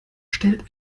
stellt